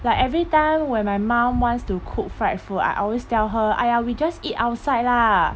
like everytime when my mum wants to cook fried food I always tell her !aiya! we just eat outside lah